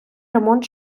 ремонт